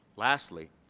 lastly,